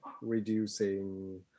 reducing